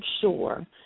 sure